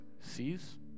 sees